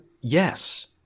Yes